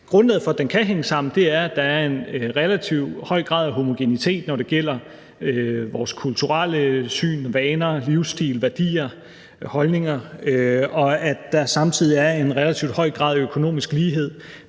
Grundlaget for, at den kan hænge sammen, er, at der er en relativt høj grad af homogenitet, når det gælder vores kulturelle syn, vaner, livsstil, værdier, holdninger, og at der samtidig er en relativt høj grad af økonomisk lighed.